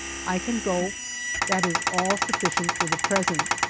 i can go that is all sufficient for the present,